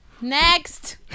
Next